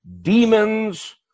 demons